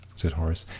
said horace.